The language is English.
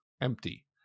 empty